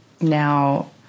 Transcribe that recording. Now